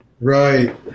right